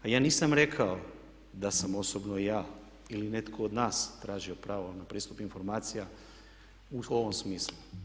A ja nisam rekao da sam osobno ja ili netko od nas tražio pravo na pristup informacija u ovom smislu.